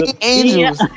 Angels